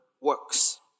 works